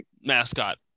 mascot